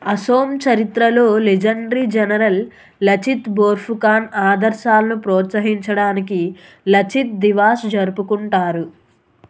అసోం చరిత్రలో legendary general Lachit Borphukan ఆదర్శాలను ప్రోత్సహించడానికి లచిత్ దివస్ జరుపుకుంటారు